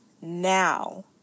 now